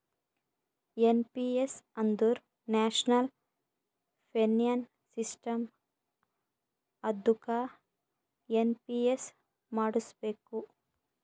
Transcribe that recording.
N P S ಅಂದುರ್ national pension system ಅದ್ದುಕ NPS ಮಾಡುಸ್ಬೇಕ್